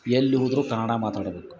ಎಲ್ಲಿ ಹೋದರೂ ಕನ್ನಡ ಮಾತಾಡಬೇಕು